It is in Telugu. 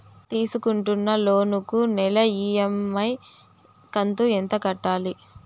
తీసుకుంటున్న లోను కు నెల ఇ.ఎం.ఐ కంతు ఎంత కట్టాలి?